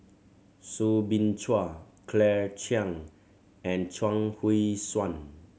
Soo Bin Chua Claire Chiang and Chuang Hui Tsuan